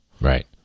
Right